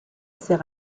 sert